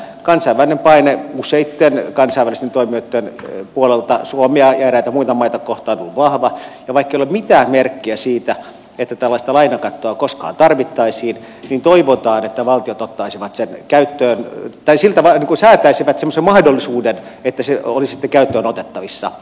kansainvälinen paine useitten kansainvälisten toimijoitten puolelta suomea ja eräitä muita maita kohtaan on vahva ja vaikkei ole mitään merkkiä siitä että tällaista lainakattoa koskaan tarvittaisiin toivotaan että valtiot ottaisivat sen käyttöön tai siltä vain säätäisivät semmoisen mahdollisuuden että se olisi sitten käyttöön otettavissa